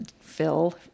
Phil